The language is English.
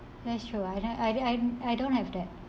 that's true I don't I don't I don't have that